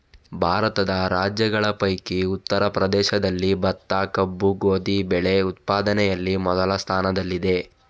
ಭಾರತದ ರಾಜ್ಯಗಳ ಪೈಕಿ ಉತ್ತರ ಪ್ರದೇಶದಲ್ಲಿ ಭತ್ತ, ಕಬ್ಬು, ಗೋಧಿ ಬೆಳೆ ಉತ್ಪಾದನೆಯಲ್ಲಿ ಮೊದಲ ಸ್ಥಾನದಲ್ಲಿದೆ